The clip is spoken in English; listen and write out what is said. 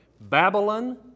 Babylon